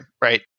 right